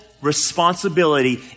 responsibility